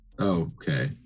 Okay